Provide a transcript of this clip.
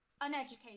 uneducated